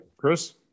Chris